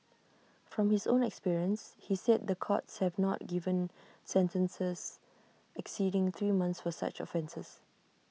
from his own experience he said the courts have not given sentences exceeding three months for such offences